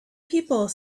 people